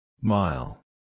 Mile